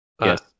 Yes